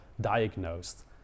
diagnosed